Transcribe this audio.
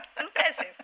Impressive